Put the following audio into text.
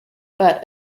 but